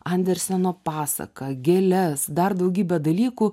anderseno pasaką gėles dar daugybę dalykų